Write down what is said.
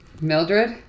Mildred